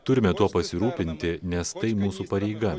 turime tuo pasirūpinti nes tai mūsų pareiga